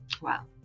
Wow